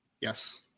Yes